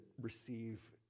receive